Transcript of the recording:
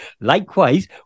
Likewise